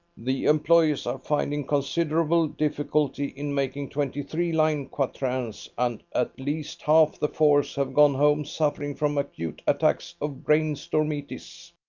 the employees are finding considerable difficulty in making twenty-three-line quatrains and at least half the force have gone home suffering from acute attacks of brainstormitis.